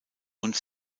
und